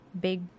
big